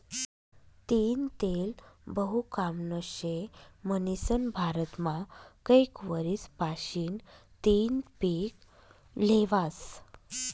तीयीनं तेल बहु कामनं शे म्हनीसन भारतमा कैक वरीस पाशीन तियीनं पिक ल्हेवास